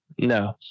no